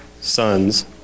sons